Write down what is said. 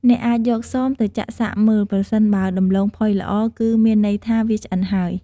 អ្នកអាចយកសមទៅចាក់សាកមើល ប្រសិនបើដំឡូងផុយល្អ គឺមានន័យថា វាឆ្អិនហើយ។